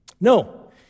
No